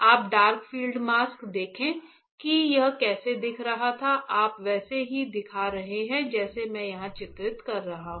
आप dark field mask देखें कि यह कैसा दिख रहा था आप वैसे ही दिख रहे हैं जैसे मैं यहां चित्रित कर रहा हूं